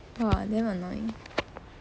!wah! damn annoying